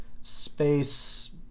space